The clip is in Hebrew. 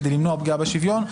כדי למנוע פגיעה בשוויון.